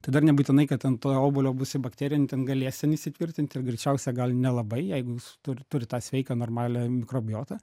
tai dar nebūtinai kad ant to obuolio bus i bakterijų jin ten galės ten įsitvirtint ir greičiausia gal nelabai jeigu jūs turit turit tą sveiką normalią mikrobiotą